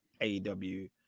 AEW